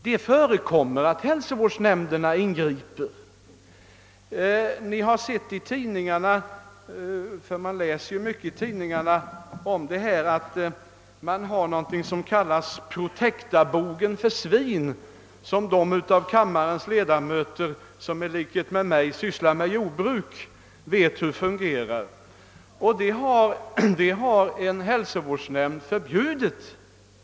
Det förekommer att hälsovårdsnämnderna ingriper i sådana här fall. Ni har ju kunnat läsa mycket om dessa saker i tidningarna, och av artiklarna har bl.a. framgått att det finns någonting som kallas Protectabogen för svin. De av kammarens ledamöter som i likhet med mig sysslar med jordbruk känner till hur denna fungerar, och vi vet även att en hälsovårdsnämnd förbjudit användandet av Protectabogen.